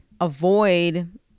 avoid